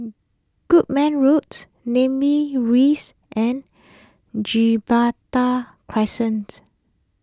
Goodman Road Namly Rise and Crescent